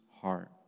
heart